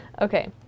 Okay